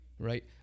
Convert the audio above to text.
Right